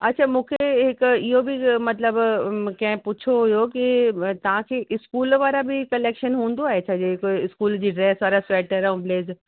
अछा मूंखे हिकु इहो बी ॻ मतिलबु कंहिं पुछियो हुयो की व तव्हांखे स्कूल वारा बि कलेक्शन हूंदो आहे छा जेको स्कूल जी ड्रेस वारा स्वेटर ऐं ब्लेज़र